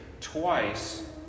twice